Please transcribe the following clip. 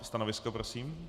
Stanovisko prosím?